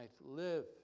live